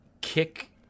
kick